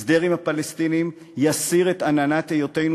הסדר עם הפלסטינים יסיר את עננת היותנו